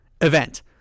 event